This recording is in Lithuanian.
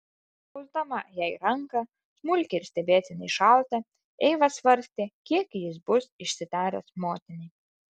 spausdama jai ranką smulkią ir stebėtinai šaltą eiva svarstė kiek jis bus išsitaręs motinai